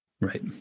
Right